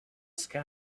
sky